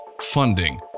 funding